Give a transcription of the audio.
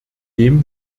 dem